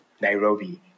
Nairobi